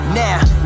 now